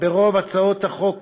ברוב הצעות החוק